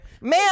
ma'am